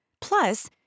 Plus